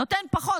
נותן פחות,